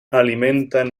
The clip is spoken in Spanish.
alimentan